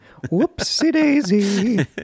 Whoopsie-daisy